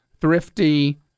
Thrifty